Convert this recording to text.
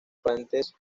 frentes